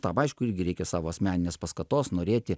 tam aišku irgi reikia savo asmeninės paskatos norėti